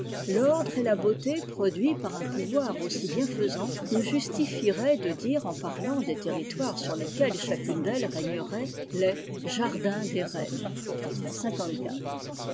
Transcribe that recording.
l'ordre et la beauté produits par un pouvoir aussi bienfaisant nousjusdheratem de dire en parlant des territoires sur lesquels chacune d'elles régnerait les jardins des reines